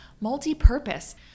multi-purpose